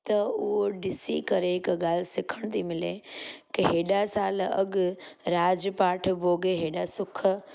त उहो ॾिसी करे हिकु ॻाल्हि सिखण थी मिले के हेॾा साल अॻु राज पाठ भोॻे हेॾा सुखु भोॻे